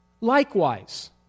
Likewise